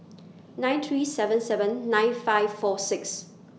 nine three seven seven nine five four six